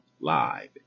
Live